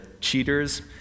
cheaters